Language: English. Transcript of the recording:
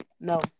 No